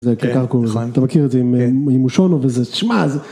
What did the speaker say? אתה מכיר את זה אם הוא שונו וזה, תשמע.